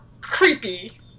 creepy